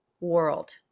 world